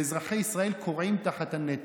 ואזרחי ישראל כורעים תחת הנטל.